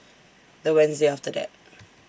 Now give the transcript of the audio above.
The Wednesday after that